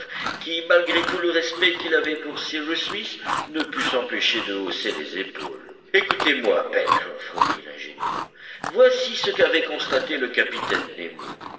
qui malgré tout le respect qu'il avait pour cyrus smith ne put s'empêcher de hausser les épaules écoutez-moi pencroff reprit l'ingénieur voici ce qu'avait constaté le capitaine nemo